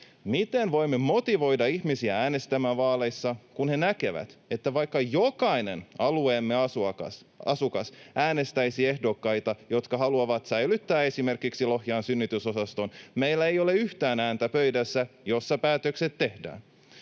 Miten voimme motivoida ihmisiä äänestämään vaaleissa, kun he näkevät, että vaikka jokainen alueemme asukas äänestäisi ehdokkaita, jotka haluavat säilyttää esimerkiksi Lohjan synnytysosaston, meillä ei ole yhtään ääntä pöydässä, jossa päätökset tehdään?